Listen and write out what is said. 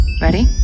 Ready